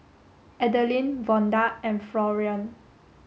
Adeline Vonda and Florian